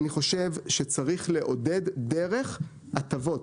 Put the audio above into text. אני חושב שצריך לעודד דרך הטבות.